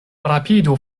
rapidu